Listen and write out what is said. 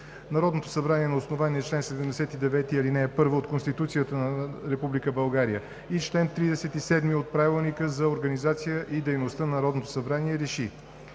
Народното събрание на основание чл. 79, ал. 2 от Конституцията на Република България и чл. 37 от Правилника за организация и дейността на Народното събрание РЕШИ: